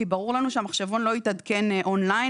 כי ברור לנו שהמחשבון לא יתעדכן און ליין